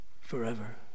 forever